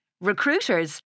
Recruiters